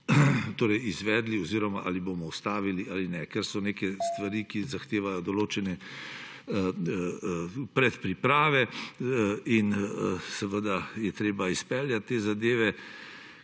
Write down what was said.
bomo izvedli oziroma ali bomo ustavili ali ne, ker so neke stvari, ki zahtevajo določene predpriprave in seveda je treba izpeljati te zadeve,